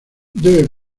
debe